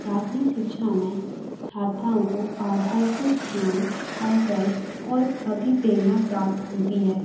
प्राथमिक शिक्षा में छात्राओं को आधारभूत ज्ञान कौशल और अभिप्रेरणा प्राप्त होती है